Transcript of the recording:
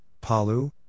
Palu